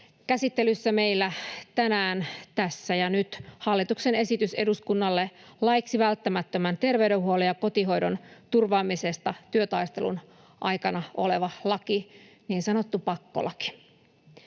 Käsittelyssä meillä tänään, tässä ja nyt, hallituksen esitys eduskunnalle laiksi välttämättömän terveydenhuollon ja kotihoidon turvaamisesta työtaistelun aikana, niin sanottu pakkolaki.